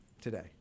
today